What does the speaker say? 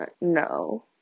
no